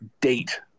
date